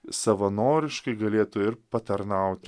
savanoriškai galėtų ir patarnaut